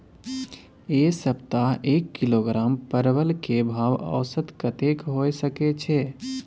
ऐ सप्ताह एक किलोग्राम परवल के भाव औसत कतेक होय सके छै?